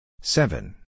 Seven